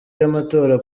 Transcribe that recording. y’amatora